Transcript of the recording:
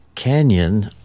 Canyon